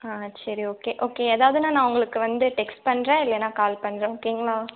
ஆ சரி okay okay எதாவதுனால் நான் உங்களுக்கு வந்து டெக்ஸ்ட் பண்ணுறேன் இல்லைனா கால் பண்ணுறேன் ஓகேங்களா